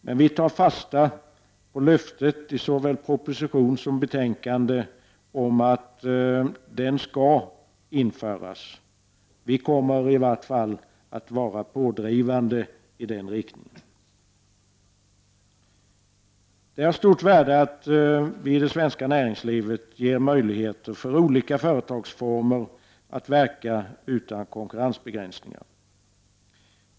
Men vi tar fasta på löftet i såväl proposition som betänkande om att den skall införas. Vi kommer i varje fall att driva på i den riktningen. Det är av stort värde att vi i det svenska näringslivet ger möjligheter för olika företagsformer att verka utan konkurrensbegränsningar.